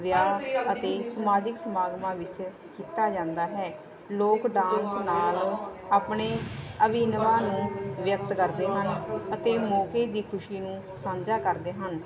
ਵਿਆਹ ਅਤੇ ਸਮਾਜਿਕ ਸਮਾਗਮਾਂ ਵਿੱਚ ਕੀਤਾ ਜਾਂਦਾ ਹੈ ਲੋਕ ਡਾਂਸ ਨਾਲ ਆਪਣੇ ਅਵੀਨਵਾਂ ਨੂੰ ਵਿਅਕਤ ਕਰਦੇ ਹਨ ਅਤੇ ਮੌਕੇ ਦੀ ਖੁਸ਼ੀ ਨੂੰ ਸਾਂਝਾ ਕਰਦੇ ਹਨ